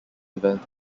event